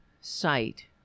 site